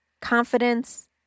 confidence